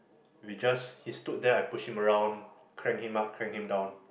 we just he stood there I push him around crank him up crank him down